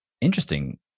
Interesting